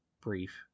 brief